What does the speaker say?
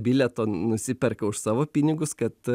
bilieto nusiperka už savo pinigus kad